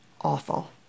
Awful